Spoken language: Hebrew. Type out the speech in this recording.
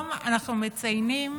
היום אנחנו מציינים